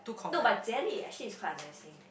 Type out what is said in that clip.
not but Jie-Li actually is quite a nice name